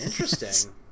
interesting